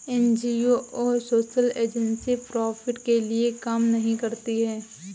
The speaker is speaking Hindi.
एन.जी.ओ और सोशल एजेंसी प्रॉफिट के लिए काम नहीं करती है